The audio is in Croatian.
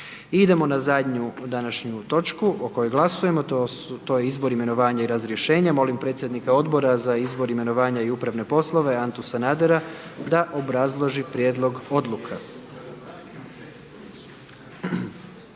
idemo na zadnju točku izbor, imenovanja i razrješenja, molim predsjednika Odbora za izbor, imenovanje i upravne poslove Antu Sanadera da obrazloži prijedlog odluka.